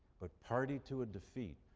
but party to a defeat.